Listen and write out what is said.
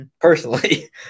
Personally